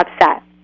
upset